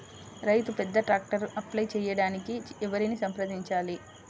రైతు పెద్ద ట్రాక్టర్కు అప్లై చేయడానికి ఎవరిని సంప్రదించాలి?